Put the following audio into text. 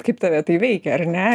kaip tave tai veikia ar ne